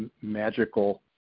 magical